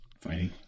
Fighting